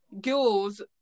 girls